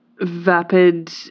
vapid